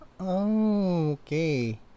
okay